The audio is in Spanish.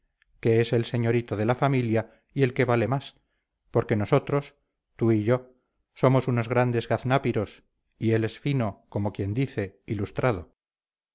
que es el señorito de la familia y el que vale más porque nosotros tú y yo somos unos grandes gaznápiros y él es fino como quien dice ilustrado